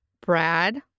brad